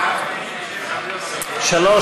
בעד, 33,